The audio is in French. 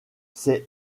ses